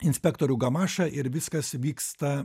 inspektorių gamašą ir viskas vyksta